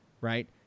right